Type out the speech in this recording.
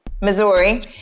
Missouri